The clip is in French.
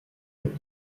monde